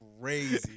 crazy